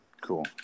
Cool